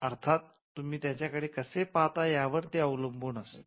अर्थात तुम्ही त्या कडे कसे पाहता या वर ते अवलंबून असते